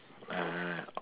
(uh huh)